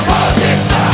Politics